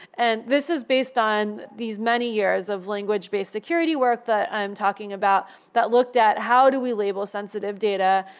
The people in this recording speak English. and this is based on these many years of language based security work that i'm talking about that looked at how do we label sensitive data,